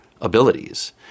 abilities